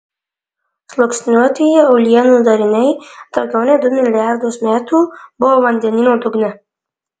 sluoksniuotieji uolienų dariniai daugiau nei du milijardus metų buvo vandenyno dugne